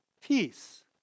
peace